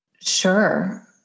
Sure